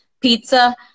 pizza